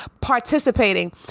participating